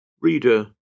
Reader